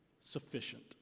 sufficient